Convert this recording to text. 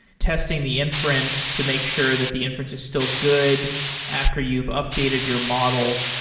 testing the inference to make sure that the inference is still good after you've updated your model.